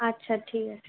আচ্ছা ঠিক আছে